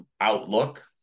Outlook